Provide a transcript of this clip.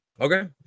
Okay